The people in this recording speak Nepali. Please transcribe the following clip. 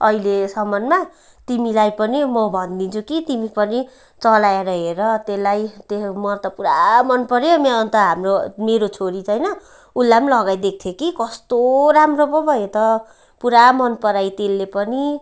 अहिलेसम्ममा तिमीलाई पनि म भनिदिन्छु कि तिमी पनि चलाएर हेर त्यसलाई त्यो म त पुरा मनपऱ्यो अन्त हाम्रो मेरो छोरी छैन उसलाई पनि लगाइदिएको थिएँ कि कस्तो राम्रो पो भयो त पुरा मन पराई त्यसले पनि